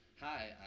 Hi